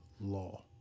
law